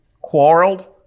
quarreled